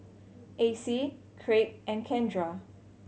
Acie Kraig and Kendra